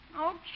Okay